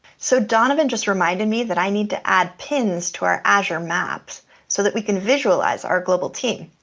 so donovan just reminded me that i need to add pins to our azure maps so that we can visualize our global team.